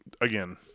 Again